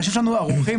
אני חושב שאנחנו ערוכים.